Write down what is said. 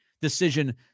decision